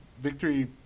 Victory